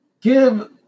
give